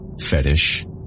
fetish